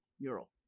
mural